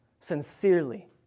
sincerely